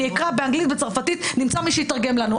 אני אקרא באנגלית, בצרפתית, נמצא מי שיתרגם לנו.